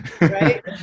Right